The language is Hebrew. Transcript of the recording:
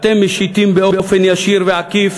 אתם משיתים באופן ישיר ועקיף